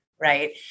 Right